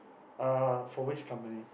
uh for which company